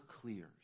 clears